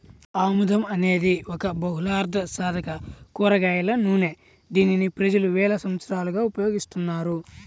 ఆముదం అనేది ఒక బహుళార్ధసాధక కూరగాయల నూనె, దీనిని ప్రజలు వేల సంవత్సరాలుగా ఉపయోగిస్తున్నారు